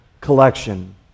collection